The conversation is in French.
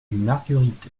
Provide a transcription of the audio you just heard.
marguerite